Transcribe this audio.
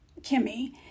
Kimmy